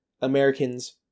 Americans